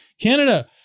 Canada